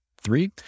Three